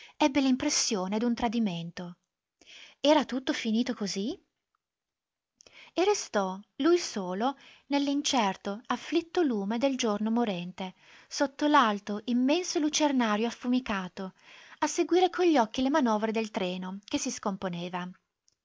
ebbe l'impressione d'un tradimento era tutto finito così e restò lui solo nell'incerto afflitto lume del giorno morente sotto l'alto immenso lucernario affumicato a seguire con gli occhi le manovre del treno che si scomponeva